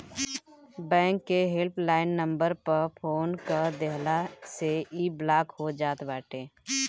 bank के help line number पअ phone कअ देहला से इ ब्लाक हो जात बाटे